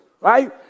right